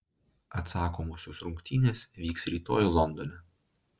atsakomosios rungtynės vyks rytoj londone